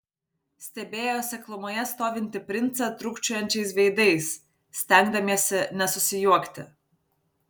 stebėjo seklumoje stovintį princą trūkčiojančiais veidais stengdamiesi nesusijuokti